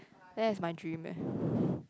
that is my dream eh